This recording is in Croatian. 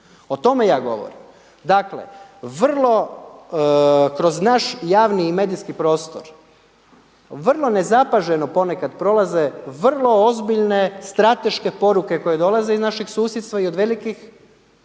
o tome ja govorim. Dakle, vrlo kroz naš javni i medijski prostor, vrlo nezapaženo ponekad prolaze, vrlo ozbiljne strateške poruke koje dolaze iz našeg susjedstva i od velikih